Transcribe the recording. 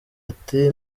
ati